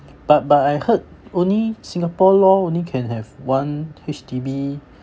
but but I heard only singapore law only can have one H_D_B